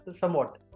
somewhat